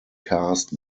cast